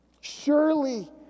Surely